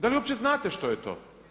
Da li uopće znate što je to?